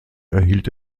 erhielt